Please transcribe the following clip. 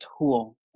tool